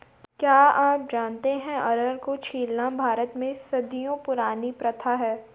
क्या आप जानते है अरहर को छीलना भारत में सदियों पुरानी प्रथा है?